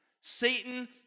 Satan